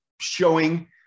showing